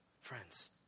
friends